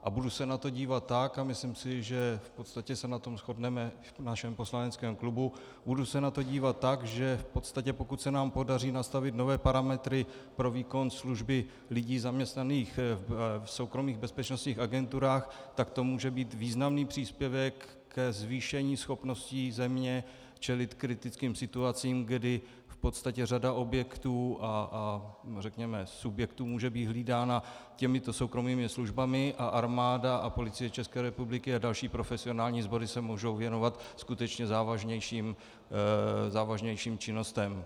A budu se na to dívat tak, a myslím si, že v podstatě se na tom shodneme i v našem poslaneckém klubu, budu se na to dívat tak, že v podstatě pokud se nám podaří nastavit nové parametry pro výkon služby lidí zaměstnaných v soukromých bezpečnostních agenturách, tak to může být významný příspěvek ke zvýšení schopnosti země čelit kritickým situacím, kdy v podstatě řada objektů a řekněme subjektů může být hlídána těmito soukromými službami a Armáda a Policie České republiky a další profesionální sbory se můžou věnovat skutečně závažnějším činnostem.